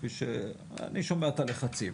אני שומע את הלחצים.